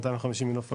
250 בנוף הגליל,